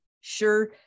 Sure